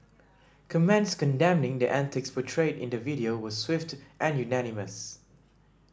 comments condemning the antics portrayed in the video were swift and unanimous